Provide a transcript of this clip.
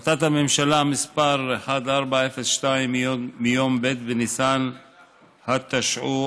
החלטת הממשלה מס' 1402 מיום ב' בניסן התשע"ו,